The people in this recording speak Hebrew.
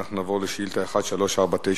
אנחנו נעבור לשאילתא מס' 1349,